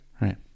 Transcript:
Right